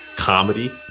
comedy